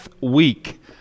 week